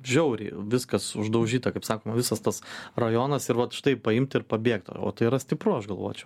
žiauriai viskas uždaužyta kaip sakoma visas tas rajonas ir vot štai paimt ir pabėgt o tai yra stipru aš galvočiau